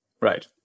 right